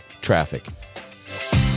traffic